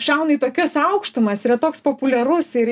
šauna į tokias aukštumas yra toks populiarus ir